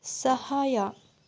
ಸಹಾಯ